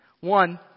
One